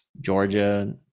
Georgia